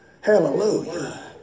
Hallelujah